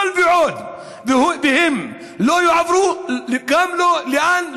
כל עוד הם לא יועברו, לאן?